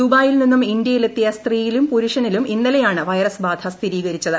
ദുബായിൽ നിന്നും ഇന്ത്യയിലെത്തിയ സ്ത്രീയിലും പുരുഷനിലും ഇന്നലെയാണ് വൈറസ് ബാധ സ്ഥിരീകരിച്ചത്